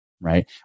right